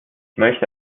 möchte